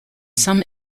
some